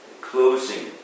closing